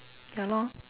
ya lor